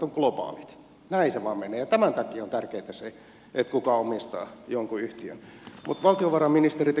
näin se vain menee ja tämän takia on tärkeätä kuka omistaa jonkin yhtiön